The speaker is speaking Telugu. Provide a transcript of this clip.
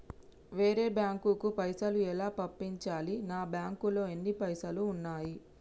వేరే బ్యాంకుకు పైసలు ఎలా పంపించాలి? నా బ్యాంకులో ఎన్ని పైసలు ఉన్నాయి?